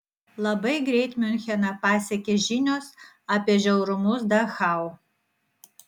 labai greit miuncheną pasiekė žinios apie žiaurumus dachau